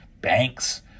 banks